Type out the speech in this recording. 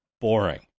boring